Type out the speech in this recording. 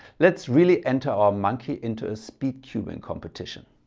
let's really enter our monkey into a speed cubing competition.